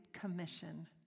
Commission